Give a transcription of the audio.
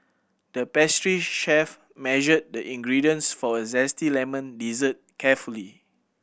the pastry chef measured the ingredients for a zesty lemon dessert carefully